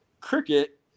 Cricket